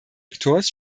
sektors